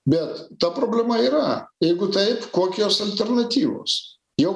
bet ta problema yra jeigu taip kokios alternatyvos jau